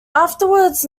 afterwards